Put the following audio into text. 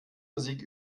musik